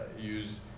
use